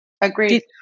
Agreed